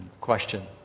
Question